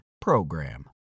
PROGRAM